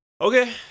Okay